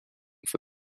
for